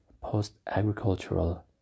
post-agricultural